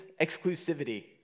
exclusivity